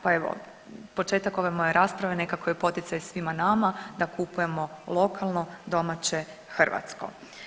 Pa evo početak ove moje rasprave nekako je poticaj svima nama da kupujemo lokalno, domaće, hrvatsko.